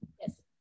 Yes